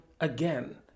again